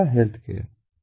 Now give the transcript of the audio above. दूसरा हेल्थकेयर है